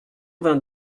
vingt